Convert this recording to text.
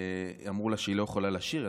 ואמרו לה שהיא לא יכולה לשיר.